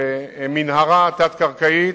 במנהרה תת-קרקעית.